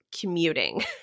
commuting